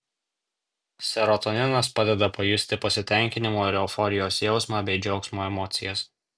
serotoninas padeda pajusti pasitenkinimo ir euforijos jausmą bei džiaugsmo emocijas